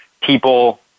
people